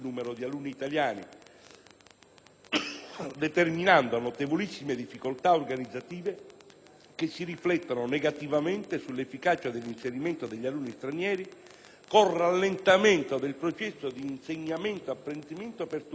determinando notevolissime difficoltà organizzative che si riflettono negativamente sull'efficacia dell'inserimento degli alunni stranieri con rallentamento del processo di insegnamento-apprendimento per tutti, sia stranieri che italiani.